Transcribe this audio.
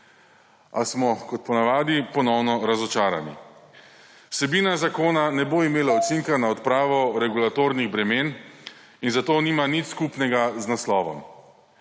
A smo kot po navadi ponovno razočarani. Vsebina zakona ne bo imelo učinka na odpravo regulatornih bremen in zato nima nič skupnega z naslovom.